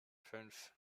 fünf